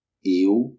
Eu